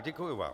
Děkuji vám.